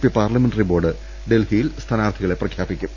P parliamentary board ഡൽഹിയിൽ സ്ഥാനാർത്ഥികളെ പ്രഖ്യാപിക്കും